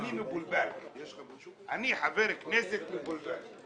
- אני חבר כנסת מבולבל.